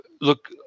look